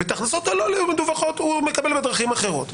ואת ההכנסות הלא מדווחות הוא מקבל בדרכים אחרות.